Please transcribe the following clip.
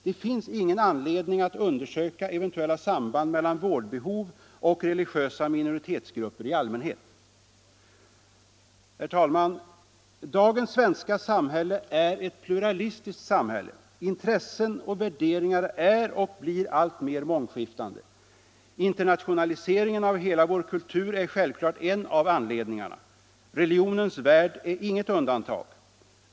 Det finns ingen anledning att undersöka eventuella samband mellan vårdbehov och religiösa minoritetsgrupper i allmänhet. Herr talman! Dagens svenska samhälle är ett pluralistiskt samhälle. Intressen och värderingar är och blir alltmer mångskiftande. Internationaliseringen av hela vår kultur är självklart en av anledningarna. Religionens värld är inget undantag.